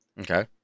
Okay